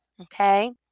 Okay